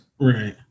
Right